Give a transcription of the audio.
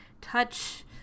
touch